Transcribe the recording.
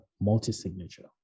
multi-signature